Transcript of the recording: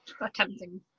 Attempting